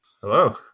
Hello